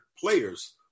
players